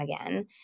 again